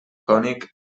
cònic